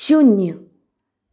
शुन्य